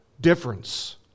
difference